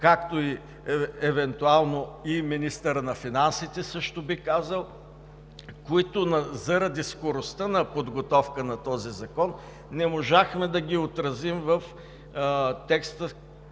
както, евентуално, и министърът на финансите също би казал, които заради скоростта на подготовка на този закон не можехме да ги отразим в текста